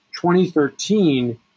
2013